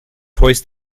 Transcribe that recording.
hoist